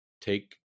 take